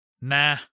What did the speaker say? nah